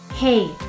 Hey